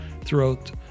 throughout